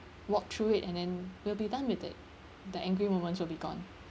walk through it and then will be done with it the angry moments will be gone